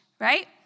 right